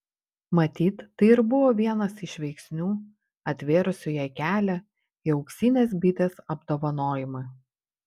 matyt tai ir buvo vienas iš veiksnių atvėrusių jai kelią į auksinės bitės apdovanojimą